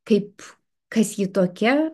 kaip kas ji tokia